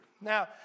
Now